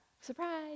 surprise